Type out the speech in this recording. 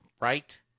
right